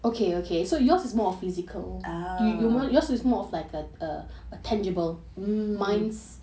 ah mmhmm